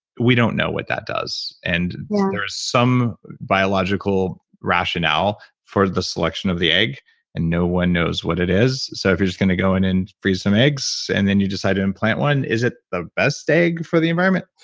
we don't know what that does and there's some biological rationale for the selection of the egg and no one knows what it is so if you're just going to go in and freeze some eggs, and then you decide to implant one, is it the best egg for the environment?